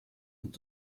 und